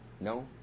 No